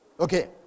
Okay